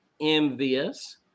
envious